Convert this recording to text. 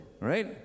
right